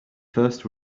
first